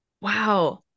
Wow